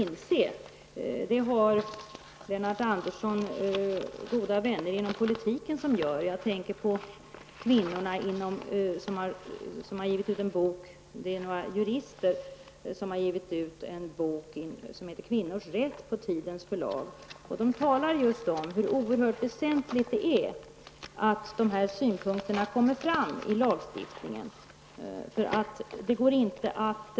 Några vänner till Lennart Andersson inom politiken gör det. Några kvinnlig jurister har gett ut en bok på Tidens förlag, som heter Kvinnors rätt. De talar om hur oerhört väsentligt det är att sådana synpunkter kommer fram i lagstiftningen. De skriver så här: ''Men rättskällorna är inte statiska.